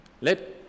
Let